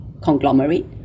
conglomerate